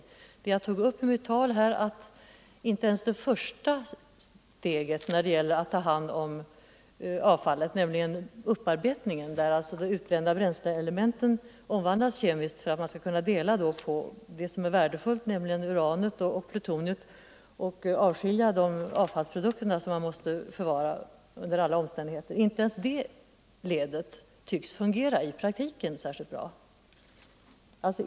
Fredagen den Jag tog upp i mitt tal här att inte ens det första steget när det gäller 29 november 1974 att ta hand om avfallet tycks fungera särskilt bra, nämligen upparbetningen, där alltså de utbrända bränsleelementen omvandlas kemiskt för — Ang. försäljningen att man skall kunna skilja på det som är värdefullt — uran och plutonium = av svensk atom — och de avfallsprodukter som man måste förvara under alla omstän = kraftsteknik till digheter.